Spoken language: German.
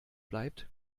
bleibt